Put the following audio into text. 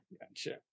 gotcha